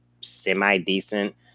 semi-decent